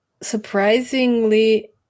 surprisingly